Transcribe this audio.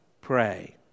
pray